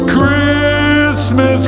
Christmas